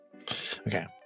Okay